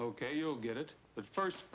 ok you'll get it but first